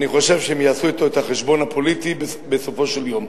אני חושב שהם יעשו אתו את החשבון הפוליטי בסופו של יום.